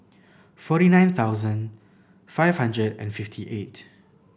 forty nine thousand five hundred and fifty eight